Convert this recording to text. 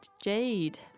Jade